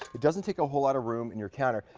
it doesn't take a whole lot of room in your counter.